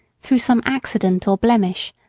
through some accident or blemish,